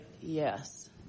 yes